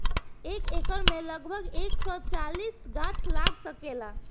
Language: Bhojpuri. एक एकड़ में लगभग एक सौ चालीस गाछ लाग सकेला